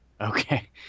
Okay